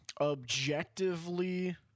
Objectively